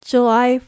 July